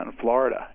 Florida